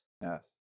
Yes